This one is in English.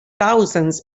thousands